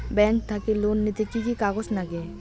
Bank থাকি loan নিতে কি কি কাগজ নাগে?